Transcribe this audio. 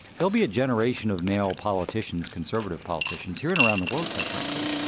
there'll be a generation of male politicians, conservative politicians here and around the world, quite frankly,